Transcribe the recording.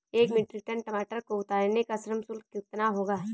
एक metric ton टमाटर को उतारने का श्रम शुल्क कितना होगा?